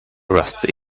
rusty